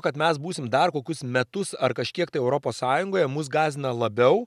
kad mes būsim dar kokius metus ar kažkiek tai europos sąjungoje mus gąsdina labiau